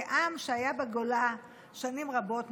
כעם שהיה בגולה שנים רבות,